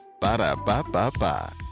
Ba-da-ba-ba-ba